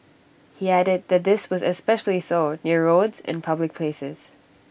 he added that this was especially so near roads and public places